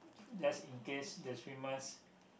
just in case the swimmers